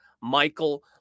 Michael